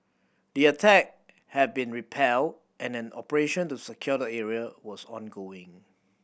the attack had been repelled and an operation to secure the area was ongoing